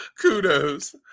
Kudos